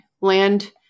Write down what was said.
land